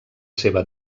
seva